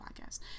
podcast